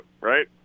right